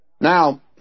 Now